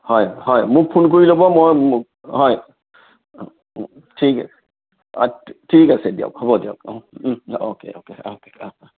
হয় হয় মোক ফোন কৰি ল'ব মই হয় ঠিক অঁ ঠিক আছে দিয়ক হ'ব দিয়ক অঁ অ'কে অ'কে অঁ